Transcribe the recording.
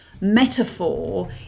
metaphor